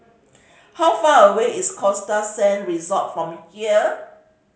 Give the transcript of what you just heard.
how far away is Costa Sands Resort from here